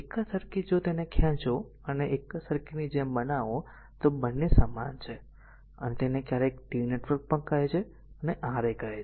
એક જ સર્કિટ જો તેને ખેંચો અને તેને આ જ સર્કિટની જેમ બનાવો તો બંને સમાન છે તેને ક્યારેક તેને T નેટવર્ક પણ કહે છે a અને R a છે